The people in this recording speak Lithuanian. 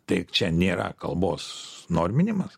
tai čia nėra kalbos norminimas